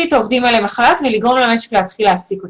את העובדים האלה מהחל"ת ולגרום למשק להתחיל להעסיק אותם.